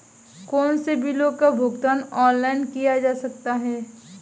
कौनसे बिलों का भुगतान ऑनलाइन किया जा सकता है?